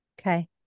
Okay